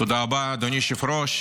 תודה רבה, אדוני היושב-ראש.